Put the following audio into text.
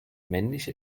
männliche